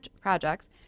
projects